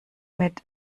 mit